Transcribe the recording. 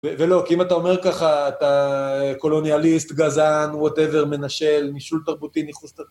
ולא, כי אם אתה אומר ככה, אתה קולוניאליסט, גזען, וואטאבר, מנשל, נישול תרבותי, ניכוס ת...